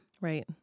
Right